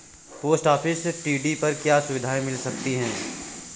Post office TD पर क्या सुविधाएँ मिल सकती है?